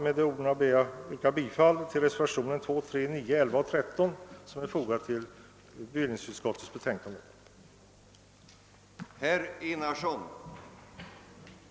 Jag ber att få yrka bifall till reservationerna 2, 3, 9, 11 och 13 i bevillningsutskottets betänkande nr 41.